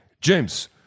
James